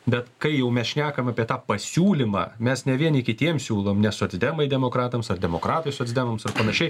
bet kai jau mes šnekam apie tą pasiūlymą mes ne vieni kitiem siūlom ne socdemai demokratams ar demokratai socdemams ar panašiai